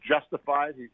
justified